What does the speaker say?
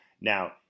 Now